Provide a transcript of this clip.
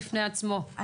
בפני עצמו,